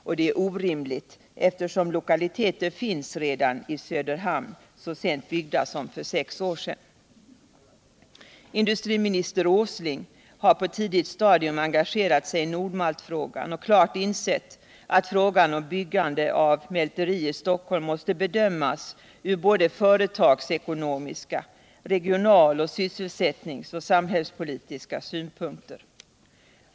Detta är orimligt, eftersom lokaliteter redan finns i Söderhamn, byggda så sent som för sex år sedan Industriminister Åsling har på ett tidigt stadium engagerat sig i Nord Maltsfrågan och klart insett att frågan om byggandet av ett mälteri i Stockholm måste bedömas ur såväl företagsekonomiska som regional-, sysselsättningsoch samhällspolitiska synpunkter.